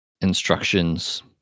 instructions